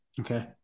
okay